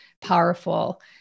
powerful